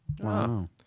Wow